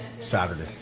Saturday